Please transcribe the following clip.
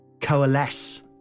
coalesce